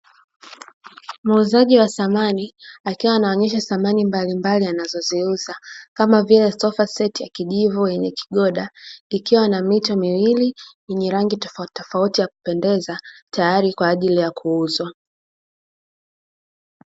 Muuzaji wa samani akiwa anaonyesha samani mbalimbali anazoziuza, kama vile sofa seti ya kijivu yenye kigoda ikiwa na mito miwili yenye rangi tofauti tofauti ya kupendeza; tayari kwa ajili ya kuuzwa.